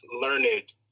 learned